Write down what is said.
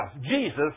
Jesus